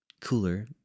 cooler